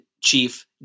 Chief